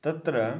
तत्र